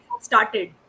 started